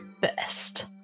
best